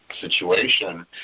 situation